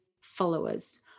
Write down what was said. followers